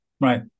Right